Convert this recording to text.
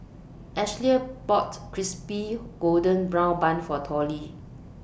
Ashlea bought Crispy Golden Brown Bun For Tollie